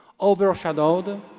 overshadowed